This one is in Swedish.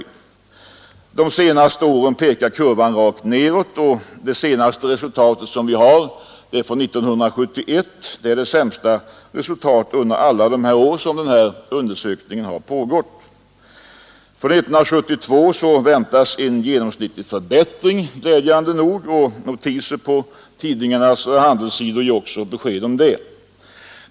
För de senaste åren pekar kurvan rakt nedåt, och resultatet 1971, som är det sist redovisade året, är det sämsta under alla år som undersökningen har pågått. För 1972 väntas glädjande nog en genomsnittlig förbättring, och notiser på tidningarnas handelssidor ger besked om det.